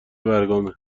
برگامه